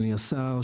אדוני השר,